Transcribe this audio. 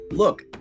look